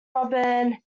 robin